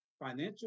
financial